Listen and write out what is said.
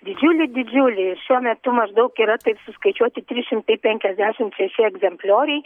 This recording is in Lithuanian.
didžiulį didžiulį šiuo metu maždaug yra taip suskaičiuoti trys šimtai penkiasdešim šeši egzemplioriai